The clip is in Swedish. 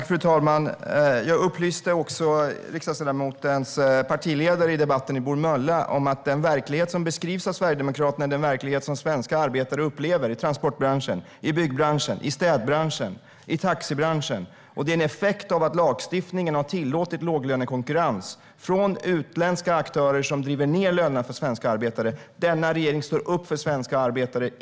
Fru talman! Jag upplyste också riksdagsledamotens partiledare i debatten i Bromölla om att den verklighet som beskrivs av Sverigedemokraterna är den verklighet som svenska arbetare upplever i transportbranschen, i byggbranschen, i städbranschen och i taxibranschen. Det är en effekt av att lagstiftningen har tillåtit låglönekonkurrens från utländska aktörer som driver ned lönerna för svenska arbetare. Denna regering står upp för svenska arbetare.